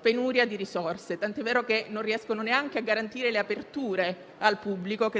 penuria di risorse, tant'è vero che non riescono neanche a garantire le aperture al pubblico.